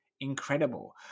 Incredible